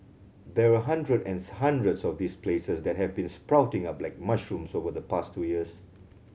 there are hundreds and hundreds of these places that have been sprouting up like mushrooms over the past two years